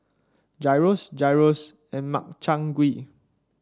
Gyros Gyros and Makchang Gui